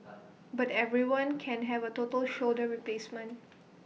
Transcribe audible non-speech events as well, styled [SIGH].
[NOISE] but everyone can have A total [NOISE] shoulder replacement [NOISE]